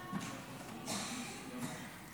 בבקשה.